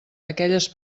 aquelles